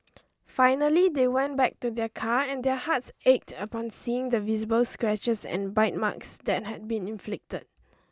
finally they went back to their car and their hearts ached upon seeing the visible scratches and bite marks that had been inflicted